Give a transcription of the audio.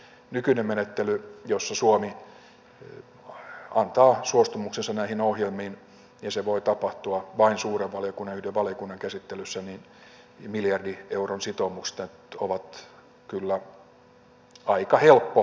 nykyinen menettely jossa suomi antaa suostumuksensa näihin ohjelmiin ja se voi tapahtua vain suuren valiokunnan ja yhden valiokunnan käsittelyssä miljardien eurojen sitoumukset on kyllä aika helppo